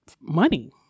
money